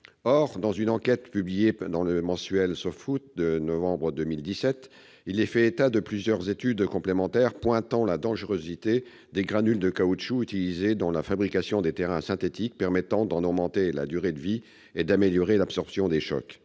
Or, dans une enquête publiée dans le mensuel de novembre 2017, il est fait état de plusieurs études complémentaires pointant la dangerosité des granules de caoutchouc utilisés dans la fabrication des terrains synthétiques, permettant d'en augmenter la durée de vie et d'améliorer l'absorption des chocs.